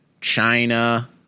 China